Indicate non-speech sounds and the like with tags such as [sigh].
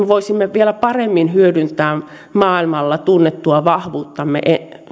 [unintelligible] voisimme vielä paremmin hyödyntää maailmalla tunnettua vahvuuttamme